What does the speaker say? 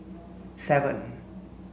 seven